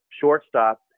shortstop